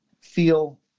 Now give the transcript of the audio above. feel